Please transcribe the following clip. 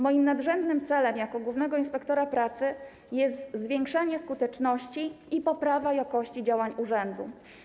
Moim nadrzędnym celem jako głównego inspektora pracy jest zwiększanie skuteczności i poprawa jakości działań urzędu.